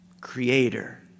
Creator